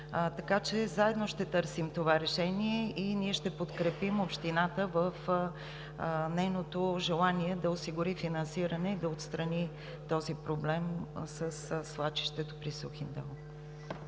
Така че заедно ще търсим това решение и ние ще подкрепим общината в нейното желание да осигури финансиране и да отстрани този проблем със свлачището при Сухиндол.